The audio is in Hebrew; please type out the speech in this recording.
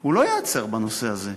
הוא לא ייעצר בנושא הזה.